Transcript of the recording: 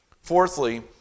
Fourthly